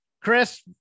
Chris